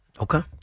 Okay